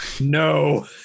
No